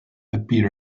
appeared